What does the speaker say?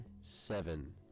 Seven